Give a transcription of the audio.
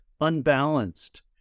Unbalanced